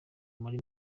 muri